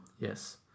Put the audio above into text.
Yes